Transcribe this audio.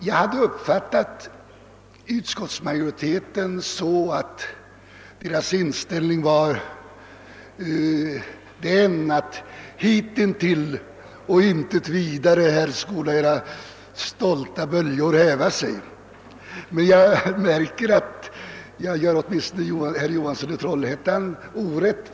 Jag hade uppfattat utskottsmajoritetens inställning som så: »Allt hitintills skall du komma, och icke vidare; här skola dina stolta böljor sätta sig.» Men jag märker att jag på den punkten gör Atminstone herr Johansson i Trollhättan orätt.